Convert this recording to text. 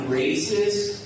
racist